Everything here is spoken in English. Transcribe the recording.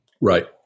Right